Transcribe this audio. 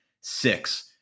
six